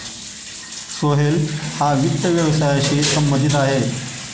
सोहेल हा वित्त व्यवसायाशी संबंधित आहे